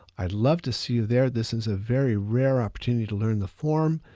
i'd love to see you there. this is a very rare opportunity to learn the form,